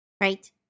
Right